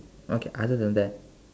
okay other than that